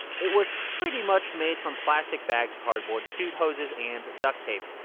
it was pretty much made from plastic bags, cardboard, suit hoses and duct tape.